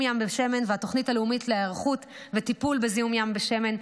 ים בשמן והתוכנית הלאומית להיערכות וטיפול בזיהום ים בשמן,